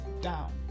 down